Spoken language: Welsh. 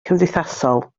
cymdeithasol